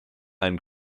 einen